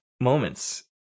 Moments